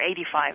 85